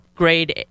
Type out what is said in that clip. grade